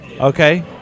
Okay